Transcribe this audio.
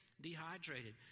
dehydrated